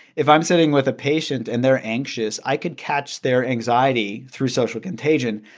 if i'm sitting with a patient, and they're anxious, i could catch their anxiety through social contagion.